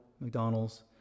McDonald's